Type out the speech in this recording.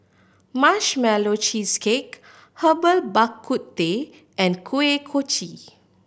Marshmallow Cheesecake Herbal Bak Ku Teh and Kuih Kochi